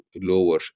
lower